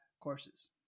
courses